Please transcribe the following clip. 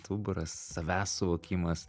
stuburas savęs suvokimas